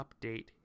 update